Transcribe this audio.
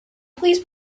please